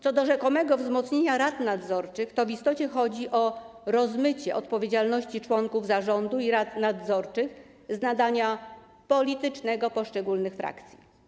Co do rzekomego wzmocnienia rad nadzorczych, w istocie chodzi o rozmycie odpowiedzialności członków zarządu i rad nadzorczych z nadania politycznego poszczególnych frakcji.